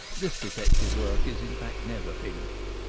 this detective work is, in fact, never finished.